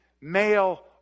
male